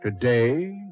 Today